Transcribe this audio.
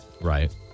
right